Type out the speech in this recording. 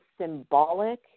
symbolic